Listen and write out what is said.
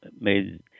made